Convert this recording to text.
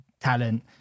talent